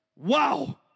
Wow